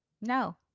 No